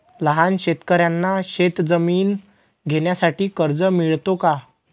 लहान शेतकऱ्यांना शेतजमीन घेण्यासाठी कर्ज मिळतो का?